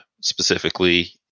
specifically